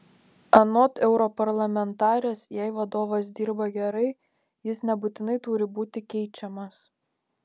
anot europarlamentarės jei vadovas dirba gerai jis nebūtinai turi būti keičiamas